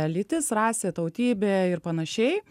lytis rasė tautybė ir panašiai